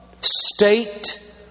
state